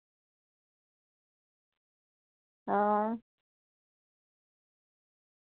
हां